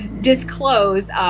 disclose